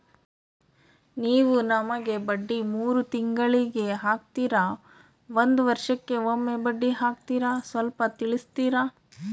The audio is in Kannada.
ನೀವು ನಮಗೆ ಬಡ್ಡಿ ಮೂರು ತಿಂಗಳಿಗೆ ಹಾಕ್ತಿರಾ, ಒಂದ್ ವರ್ಷಕ್ಕೆ ಒಮ್ಮೆ ಬಡ್ಡಿ ಹಾಕ್ತಿರಾ ಸ್ವಲ್ಪ ತಿಳಿಸ್ತೀರ?